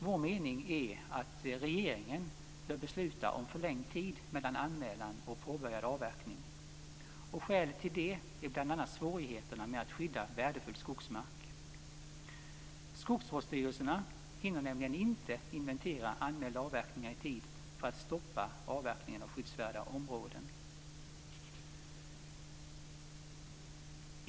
Vår mening är att regeringen bör besluta om förlängd tid mellan anmälan och påbörjad avverkning. Skälet till det är bl.a. svårigheten att skydda värdefull skogsmark. Skogsvårdsstyrelserna hinner nämligen inte inventera anmälda avverkningar i tid för att stoppa avverkningen av skyddsvärda områden.